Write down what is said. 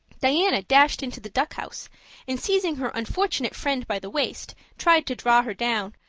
diana dashed into the duck house and, seizing her unfortunate friend by the waist, tried to draw her down.